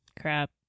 crap